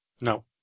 No